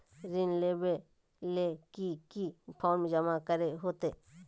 ऋण लेबे ले की की फॉर्म जमा करे होते?